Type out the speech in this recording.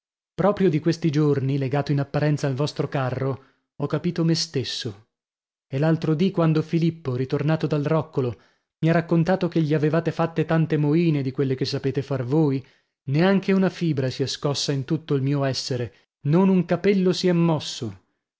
proprio di questi giorni legato in apparenza al vostro carro ho capito me stesso e l'altro dì quando filippo ritornato dal roccolo mi ha raccontato che gli avevate fatte tante moine di quelle che sapete far voi neanche una fibra si è scossa in tutto il mio essere non un capello si è mosso